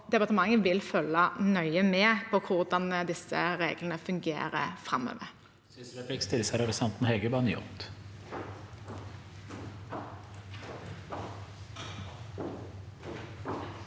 og departementet vil følge nøye med på hvordan disse reglene fungerer framover.